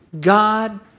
God